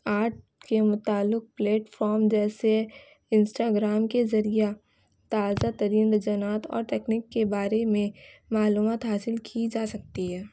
art کے متعلق platform جیسے انسٹاگرام کے ذریعہ تازہ ترین رجانات اور تکنیک کے بارے میں معلومات حاصل کی جا سکتی ہے